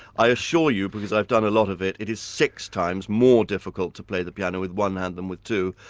i assure you, because i've done a lot of it, it is six times more difficult to play the piano with one hand than with two,